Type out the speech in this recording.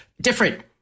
Different